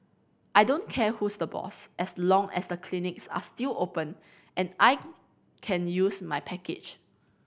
I don't care who's the boss as long as the clinics are still open and I can use my package